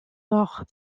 mort